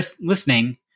listening